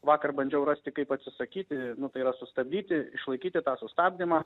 vakar bandžiau rasti kaip atsisakyti nu tai yra sustabdyti išlaikyti tą sustabdymą